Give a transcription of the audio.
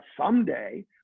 someday